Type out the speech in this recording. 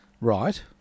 Right